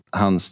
han